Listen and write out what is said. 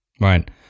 right